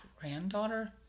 granddaughter